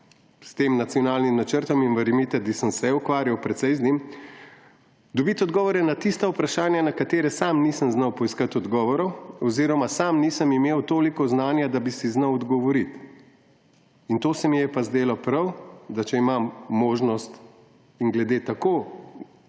s tem nacionalnim načrtom – in verjemite, da sem se ukvarjal precej z njim –, dobiti odgovore na tista vprašanja, na katere sam nisem znal poiskati odgovorov oziroma sam nisem imel toliko znanja, da bi si znal odgovoriti. To se mi je pa zdelo prav, da če imam možnost in glede tako